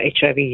HIV